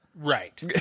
Right